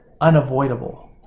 unavoidable